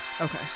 Okay